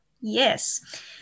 Yes